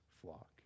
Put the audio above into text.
flock